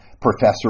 professor